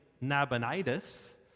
Nabonidus